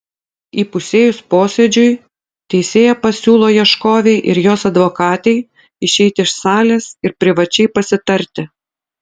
įpusėjus posėdžiui teisėja pasiūlo ieškovei ir jos advokatei išeiti iš salės ir privačiai pasitarti